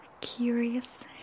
curious